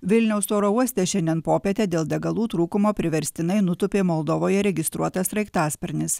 vilniaus oro uoste šiandien popietę dėl degalų trūkumo priverstinai nutūpė moldovoje registruotas sraigtasparnis